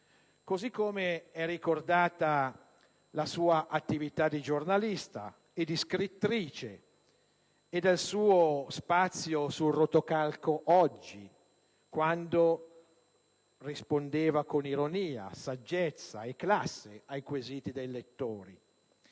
sociale. E' ricordata la sua attività di giornalista e di scrittrice e il suo spazio sul rotocalco "Oggi", quando rispondeva con ironia, saggezza e classe ai quesiti dei lettori.